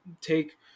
take